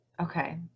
Okay